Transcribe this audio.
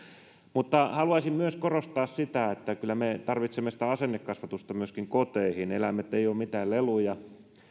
haluaisin myös korostaa sitä että kyllä me tarvitsemme asennekasvatusta myöskin koteihin eläimet eivät ole mitään leluja